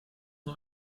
nur